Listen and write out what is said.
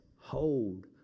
hold